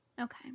Okay